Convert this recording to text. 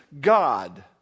God